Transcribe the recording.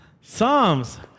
Psalms